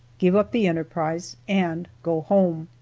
give up the enterprise and go home.